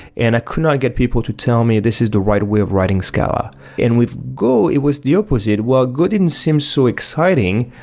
and i could not get people to tell me this is the right way of writing scala and with go, it was the opposite. well go didn't seem so exciting.